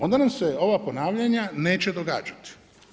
Onda nam se ova ponavljanja neće događati.